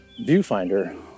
viewfinder